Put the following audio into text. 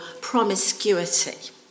promiscuity